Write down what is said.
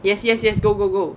yes yes yes go go go